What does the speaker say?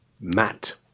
Matt